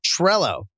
Trello